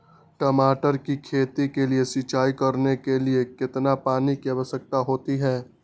टमाटर की खेती के लिए सिंचाई करने के लिए कितने पानी की आवश्यकता होती है?